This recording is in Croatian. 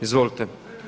Izvolite.